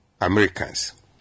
Americans